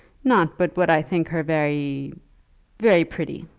not but what i think her very very pretty.